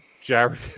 Jared